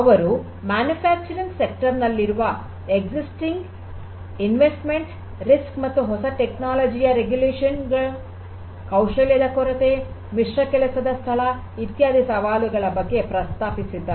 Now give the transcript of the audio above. ಅವರು ಉತ್ಪಾದನಾ ವಲಯದಲ್ಲಿ ಅಸ್ತಿತ್ವದಲ್ಲಿರುವ ಹೂಡಿಕೆಅಪಾಯ ಮತ್ತು ಹೊಸ ತಂತ್ರಜ್ಞಾನದ ನಿಯಂತ್ರಣ ಕೌಶಲ್ಯದ ಕೊರತೆ ಮಿಶ್ರ ಕೆಲಸದ ಸ್ಥಳ ಇತ್ಯಾದಿ ಸವಾಲುಗಳ ಬಗ್ಗೆ ಪ್ರಸ್ತಾಪಿಸಿದ್ದಾರೆ